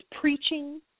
preaching